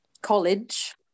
college